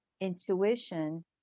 intuition